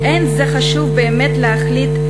"אין זה חשוב באמת להחליט,